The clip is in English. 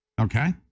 Okay